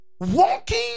walking